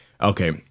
Okay